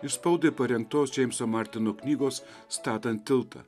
iš spaudai parengtos džeimso martino knygos statant tiltą